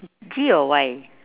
G or Y